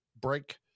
break